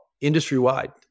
industry-wide